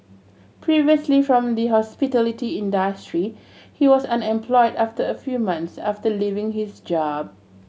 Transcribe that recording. previously from the hospitality industry he was unemployed after a few months after leaving his job